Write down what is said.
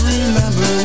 Remember